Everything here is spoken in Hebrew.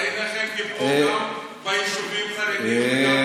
ראית איך הם טיפלו גם ביישובים החרדיים וגם באחרים.